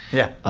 yeah.